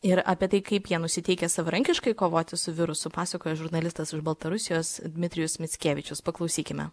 ir apie tai kaip jie nusiteikę savarankiškai kovoti su virusu pasakojo žurnalistas baltarusijos dmitrijus mickevičius paklausykime